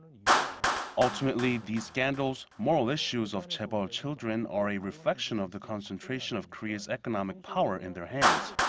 you know ultimately, these scandals moral issues of chaebol children. are a reflection of the concentration of korea's economic power in their hands.